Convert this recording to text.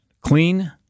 clean